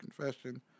confession